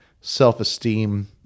self-esteem